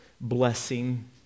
blessing